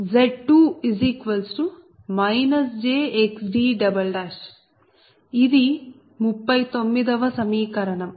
Z2jXd ఇది 39 వ సమీకరణం